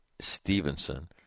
Stevenson